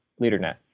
LeaderNet